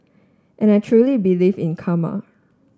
and I truly believe in karma